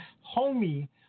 homey